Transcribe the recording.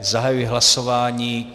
Zahajuji hlasování.